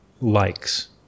likes